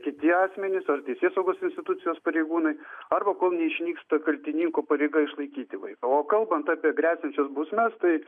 kiti asmenys ar teisėsaugos institucijos pareigūnai arba kol neišnyksta kaltininko pareiga išlaikyti vaiką o kalbant apie gresiančias bausmes tai